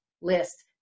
list